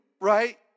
right